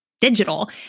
digital